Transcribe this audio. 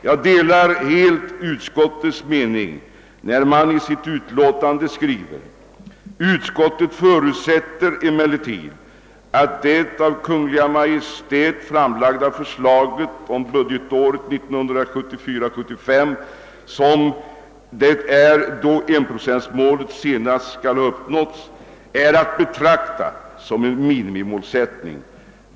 Jag delar helt utskottets uppfattning då det i sitt utlåtande anför: »Utskottet förutsätter emellertid att det av Kungl. Maj:t framlagda förslaget om budgetåret 1974 /75 som det år då 1 Y.-målet senast skall ha uppnåtts är att betrakta som en minimimålsättning.